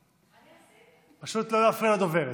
פשוט לא להפריע לדוברת.